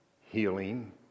Healing